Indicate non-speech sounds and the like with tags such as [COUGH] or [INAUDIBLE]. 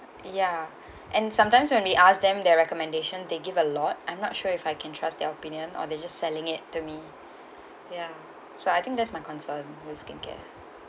ya and sometimes when we asked them their recommendation they give a lot I'm not sure if I can trust their opinion or they just selling it to me [BREATH] ya so I think that's my concern with skincare